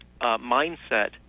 mindset